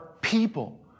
people